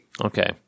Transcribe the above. Okay